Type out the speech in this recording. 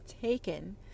taken